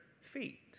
feet